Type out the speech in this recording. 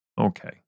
okay